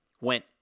went